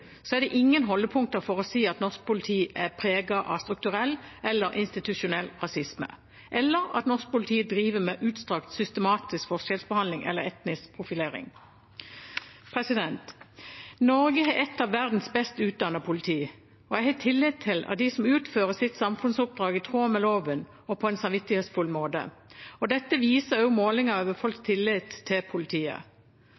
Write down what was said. er det ingen holdepunkter for å si at norsk politi er preget av strukturell eller institusjonell rasisme, eller at norsk politi driver med utstrakt systematisk forskjellsbehandling eller etnisk profilering. Norge har et av verdens best utdannede politi, og jeg har tillit til at de utfører sitt samfunnsoppdrag i tråd med loven og på en samvittighetsfull måte. Dette viser også målinger over